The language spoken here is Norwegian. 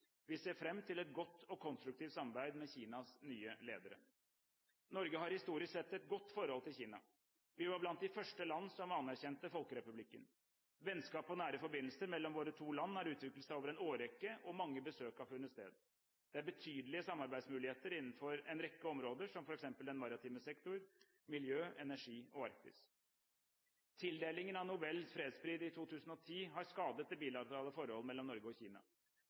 Vi ser fram til et godt og konstruktivt samarbeid med Kinas nye ledere. Norge har historisk sett et godt forhold til Kina. Vi var blant de første land som anerkjente Folkerepublikken. Vennskap og nære forbindelser mellom våre to land har utviklet seg over en årrekke og mange besøk har funnet sted. Det er betydelige samarbeidsmuligheter innenfor en rekke områder, som f.eks. den maritime sektor, miljø, energi og Arktis. Tildelingen av Nobels fredspris i 2010 har skadet det bilaterale forholdet mellom Norge og Kina.